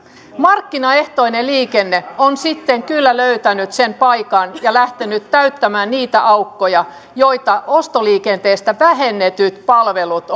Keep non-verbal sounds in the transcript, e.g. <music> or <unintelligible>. markkinaehtoinen liikenne on sitten kyllä löytänyt sen paikan ja lähtenyt täyttämään niitä aukkoja joita ostoliikenteestä vähennetyt palvelut <unintelligible>